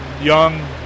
young